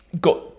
got